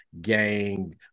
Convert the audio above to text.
gang